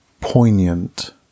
poignant